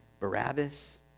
Barabbas